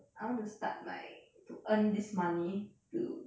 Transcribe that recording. I want to start my to earn this money to